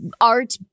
art